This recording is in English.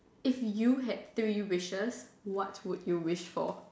if you had three wishes what would you wish for